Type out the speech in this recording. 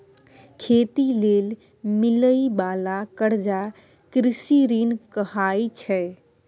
खेती लेल मिलइ बाला कर्जा कृषि ऋण कहाइ छै